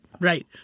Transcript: Right